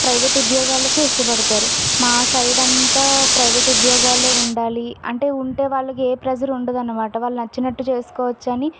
private ఉద్యోగాలకు ఇష్టపడతారు మా సైడ్ అంతా ప్రైవేట్ ఉద్యోగాలు ఉండాలి అంటే ఉండేవాళ్ళకి ఏ ప్రెషర్ ఉండదు అన్నమాట వాళ్ళు నచ్చినట్టు చేసుకోవచ్చు అని